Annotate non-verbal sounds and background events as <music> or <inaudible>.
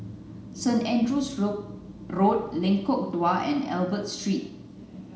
Saint Andrew's Road <unintelligible> Lengkong Dua and Albert Street